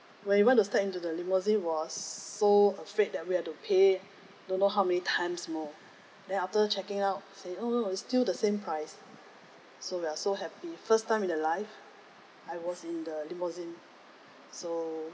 when we want to start into the limousine was so afraid that we have to pay don't know how many times more then after checking out say oh no it's still the same price so we are so happy first time in the life I was in the limousine so